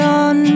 on